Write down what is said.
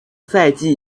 赛季